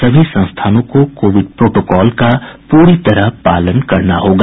सभी संस्थानों को कोविड प्रोटोकॉल का पूरी तरह पालन करना होगा